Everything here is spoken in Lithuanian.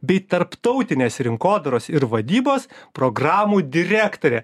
bei tarptautinės rinkodaros ir vadybos programų direktorė